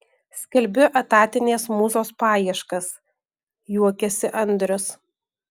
skelbiu etatinės mūzos paieškas juokiasi andrius